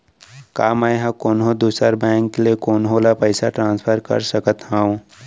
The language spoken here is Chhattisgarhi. का मै हा कोनहो दुसर बैंक ले कोनहो ला पईसा ट्रांसफर कर सकत हव?